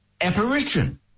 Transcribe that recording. apparition